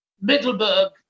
Middleburg